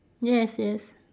yes yes